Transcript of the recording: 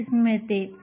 135 मिळते